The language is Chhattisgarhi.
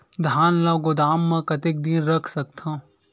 धान ल गोदाम म कतेक दिन रख सकथव?